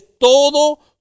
todo